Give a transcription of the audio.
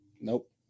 Nope